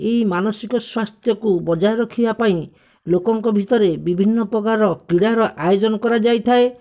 ଏଇ ମାନସିକ ସ୍ୱାସ୍ଥ୍ୟକୁ ବଜାଇ ରଖିବାପାଇଁ ଲୋକଙ୍କ ଭିତରେ ବିଭିନ୍ନ ପ୍ରକାର କ୍ରିଡ଼ାର ଆୟୋଜନ କରାଯାଇଥାଏ